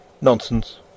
Nonsense